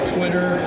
Twitter